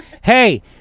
hey